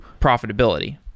profitability